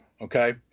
okay